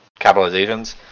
capitalizations